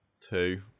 Two